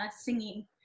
singing